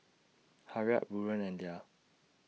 Harriet Buren and Lia